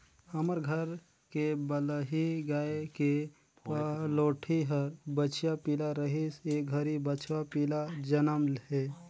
हमर घर के बलही गाय के पहलोठि हर बछिया पिला रहिस ए घरी बछवा पिला जनम हे